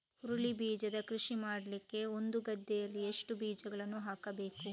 ಹುರುಳಿ ಬೀಜದ ಕೃಷಿ ಮಾಡಲಿಕ್ಕೆ ಒಂದು ಗದ್ದೆಯಲ್ಲಿ ಎಷ್ಟು ಬೀಜಗಳನ್ನು ಹಾಕಬೇಕು?